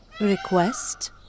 Request